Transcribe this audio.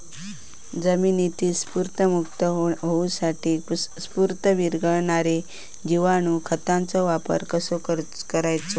जमिनीतील स्फुदरमुक्त होऊसाठीक स्फुदर वीरघळनारो जिवाणू खताचो वापर कसो करायचो?